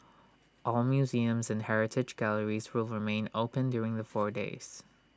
all museums and heritage galleries will remain open during the four days